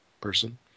person